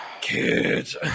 Kids